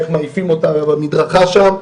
איך מעיפים אותה למדרכה שם,